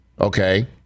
okay